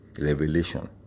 Revelation